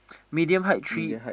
medium height tree